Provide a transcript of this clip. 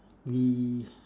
we